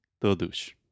Todos